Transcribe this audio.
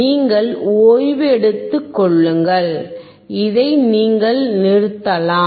நீங்கள் ஓய்வு எடுத்துக் கொள்ளுங்கள் இதை நீங்கள் நிறுத்தலாம்